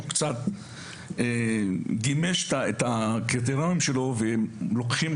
הגמיש קצת את הקריטריונים שלו וייקחו